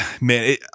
man